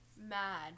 mad